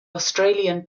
australian